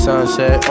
Sunset